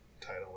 title